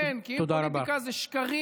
תודה רבה.